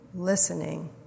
Listening